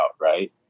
right